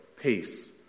peace